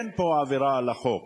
אין פה עבירה על החוק,